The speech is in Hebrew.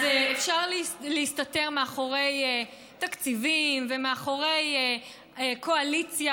אז אפשר להסתתר מאחורי תקציבים ומאחורי קואליציה